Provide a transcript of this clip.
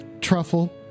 truffle